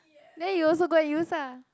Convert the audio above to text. then you also go and use lah